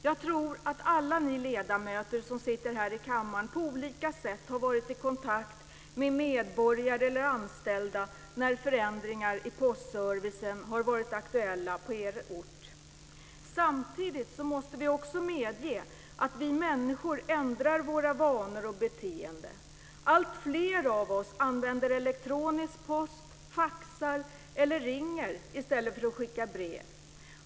Jag tror att alla ni ledamöter som sitter här i kammaren på olika sätt har varit i kontakt med medborgare eller anställda när förändringar i postservicen har varit aktuella på er ort. Samtidigt måste vi också medge att vi människor ändrar våra vanor och beteenden. Alltfler av oss använder elektronisk post, faxar eller ringer i stället för att skicka brev.